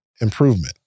improvement